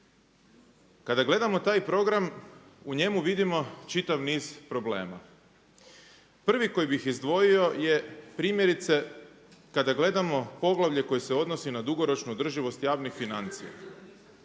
Kada gledamo taj program u njemu vidimo čitav niz problema. Prvi koji bih izdvojio je primjerice kada gledamo poglavlje koje se odnosi na dugoročnu održivost javnih financija.